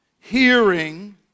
hearing